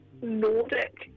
Nordic